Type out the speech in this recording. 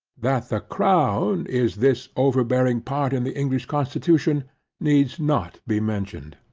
that the crown is this overbearing part in the english constitution needs not be mentioned,